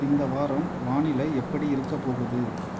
இந்த வாரம் வானிலை எப்படி இருக்கப் போகுது